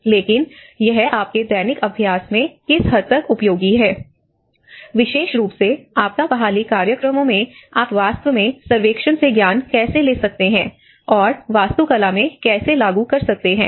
लेकिन यह आपके दैनिक अभ्यास में किस हद तक उपयोगी है विशेष रूप से आपदा बहाली कार्यक्रमों में आप वास्तव में सर्वेक्षण से ज्ञान कैसे ले सकते हैं और वास्तु कला में कैसे लागू कर सकते हैं